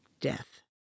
death